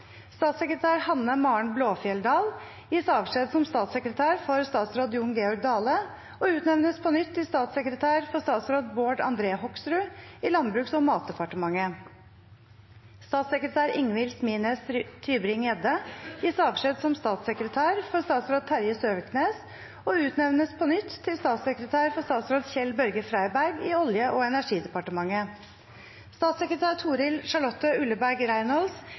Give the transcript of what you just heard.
Statssekretær Hanne Maren Blåfjelldal gis avskjed som statssekretær for statsråd Jon Georg Dale og utnevnes på nytt til statssekretær for statsråd Bård André Hoksrud i Landbruks- og matdepartementet. Statssekretær Ingvil Smines Tybring-Gjedde gis avskjed som statssekretær for statsråd Terje Søviknes og utnevnes på nytt til statssekretær for statsråd Kjell-Børge Freiberg i Olje- og energidepartementet. Statssekretær Toril Charlotte Ulleberg Reynolds